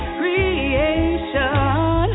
creation